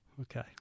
Okay